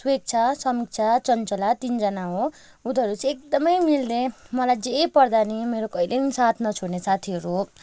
सुवेक्षा समीक्षा चञ्चला तिनजना हो उनीहरू चाहिँ एकदमै मिल्ने मलाई जे पर्दा पनि मेरो कहिले पनि साथ नछोड्ने साथीहरू हो